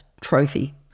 trophy